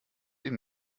ihm